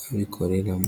babikoreramo.